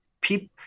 people